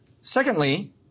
Secondly